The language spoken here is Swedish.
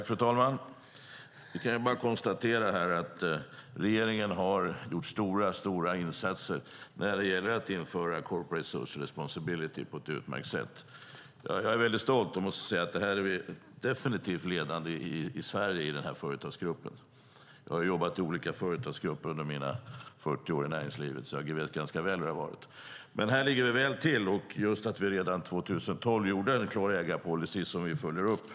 Fru talman! Jag kan bara konstatera att regeringen har gjort stora insatser när det gäller att införa corporate social responsibility på ett utmärkt sätt. Jag är väldigt stolt och måste säga att vi definitivt är ledande i Sverige i denna företagsgrupp. Jag har jobbat i olika företagsgrupper under mina 40 år i näringslivet, så jag vet ganska väl hur det har varit. Här ligger vi väl till, just med att vi redan 2012 gjorde en klar ägarpolicy som vi förde upp.